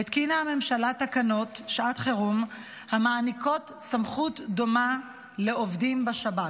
התקינה הממשלה תקנות שעת חירום המעניקות סמכות דומה לעובדים בשב"כ.